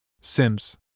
Sims